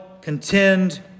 contend